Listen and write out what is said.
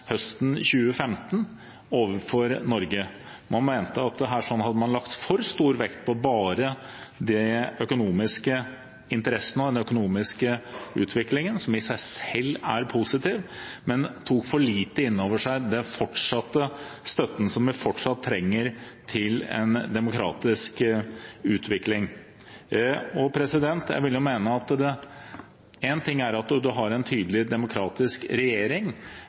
Man mente at her hadde man lagt for stor vekt på bare de økonomiske interessene og den økonomiske utviklingen, noe som i seg selv er positivt, men tok for lite inn over seg den støtten som de fortsatt trenger til en demokratisk utvikling. Én ting er å mene at en har en tydelig, demokratisk regjering, noe annet er problemet med den udemokratiske grunnloven, som gjør at